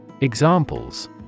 Examples